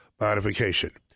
modification